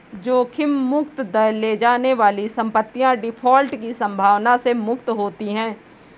जोखिम मुक्त दर ले जाने वाली संपत्तियाँ डिफ़ॉल्ट की संभावना से मुक्त होती हैं